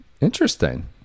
Interesting